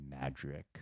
magic